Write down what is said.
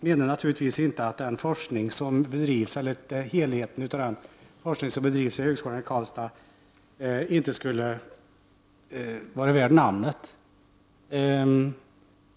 Herr talman! Jag menar naturligtvis inte att hela den forskning som bedrivs vid högskolan i Karlstad inte skulle vara värd namnet.